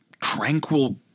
tranquil